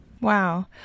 Wow